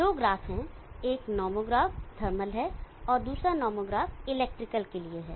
दो ग्राफ हैं एक नॉमोग्राफ थर्मल है और दूसरा नॉमोग्राफ इलेक्ट्रिकल के लिए है